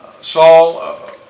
Saul